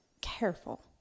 careful